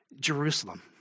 Jerusalem